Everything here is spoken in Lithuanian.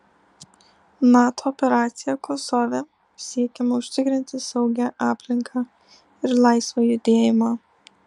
nato operacija kosove siekiama užtikrinti saugią aplinką ir laisvą judėjimą